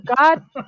God